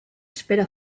espera